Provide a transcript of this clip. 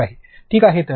ठीक आहे ठीक आहे